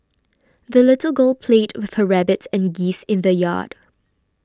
the little girl played with her rabbit and geese in the yard